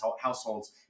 households